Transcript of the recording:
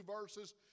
verses